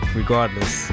regardless